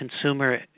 consumer